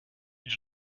you